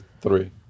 three